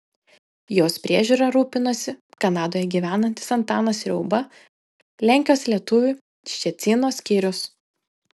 jos priežiūra rūpinosi kanadoje gyvenantis antanas riauba lenkijos lietuvių ščecino skyrius